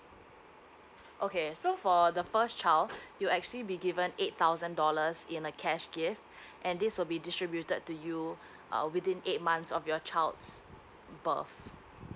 okay so for the first child you'll actually be given eight thousand dollars in a cash gift and this will be distributed to you uh within eight months of your child's birth